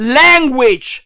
language